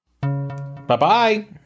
Bye-bye